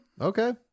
Okay